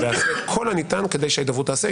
אתה עושה פה מניפולציה לא ראויה.